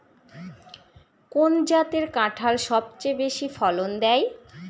কোন জাতের কাঁঠাল সবচেয়ে বেশি ফলন দেয়?